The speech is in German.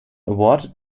award